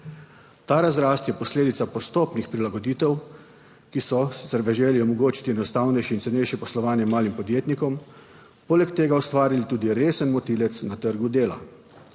Ta razrast je posledica postopnih prilagoditev, ki so sicer v želji omogočiti enostavnejše in cenejše poslovanje malim podjetnikom, poleg tega ustvarili tudi resen motilec na trgu dela.